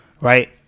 Right